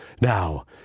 now